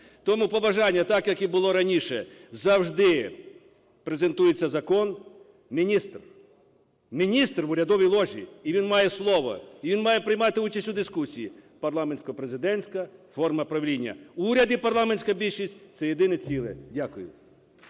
Тому побажання. Так, як і було раніше, завжди презентується закон, міністр, міністр в урядовій ложі, і він має слово, і він має приймати участь у дискусії – парламентсько-президентська форма правління. Уряд і парламентська більшість – це єдине ціле. Дякую.